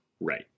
Right